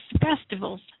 festivals